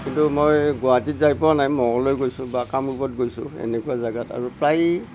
কিন্তু মই গুৱাহাটীত যাই পোৱা নাই মংগলদৈত গৈছোঁ বা কামৰূপত গৈছোঁ এনেকুৱা জেগাত আৰু প্ৰায়েই